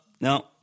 no